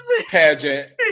pageant